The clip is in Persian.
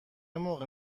موقع